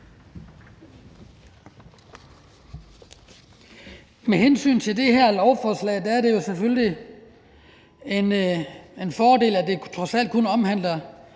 Med hensyn til det her lovforslag er det selvfølgelig en fordel, at det trods alt kun omhandler